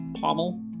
pommel